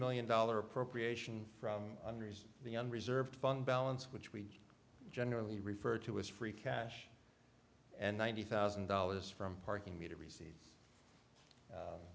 million dollar appropriation from under the young reserve fund balance which we generally refer to as free cash and ninety thousand dollars from parking meter rece